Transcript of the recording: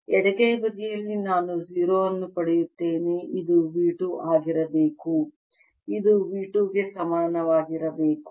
ಎಡಗೈ ಬದಿಯಲ್ಲಿ ನಾನು 0 ಅನ್ನು ಪಡೆಯುತ್ತೇನೆ ಇದು V 2 ಆಗಿರಬೇಕು ಇದು V 2 ಗೆ ಸಮನಾಗಿರಬೇಕು